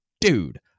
dude